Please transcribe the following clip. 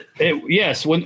Yes